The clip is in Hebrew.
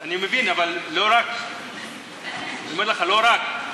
אני מבין, אבל לא רק, אני אומר לך, לא רק.